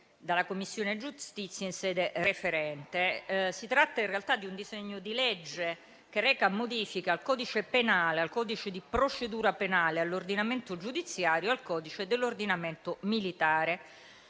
dalla Commissione giustizia in sede referente. Il disegno di legge reca modifiche al codice penale, al codice di procedura penale, all'ordinamento giudiziario e al codice dell'ordinamento militare,